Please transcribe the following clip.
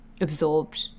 absorbed